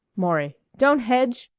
maury don't hedge!